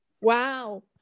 wow